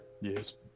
Yes